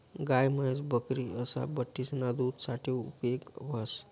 गाय, म्हैस, बकरी असा बठ्ठीसना दूध साठे उपेग व्हस